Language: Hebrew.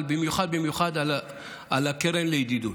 אבל במיוחד במיוחד על הקרן לידידות.